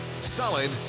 solid